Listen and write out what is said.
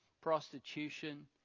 prostitution